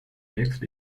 text